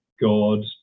God